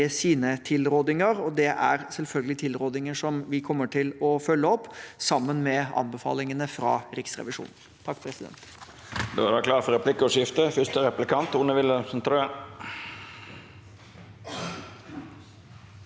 sine tilrådinger, og det er selvfølgelig tilrådinger som vi kommer til å følge opp, sammen med anbefalingene fra Riksrevisjonen. Presidenten